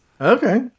Okay